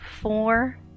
four